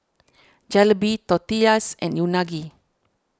Jalebi Tortillas and Unagi